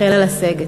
החלה לסגת.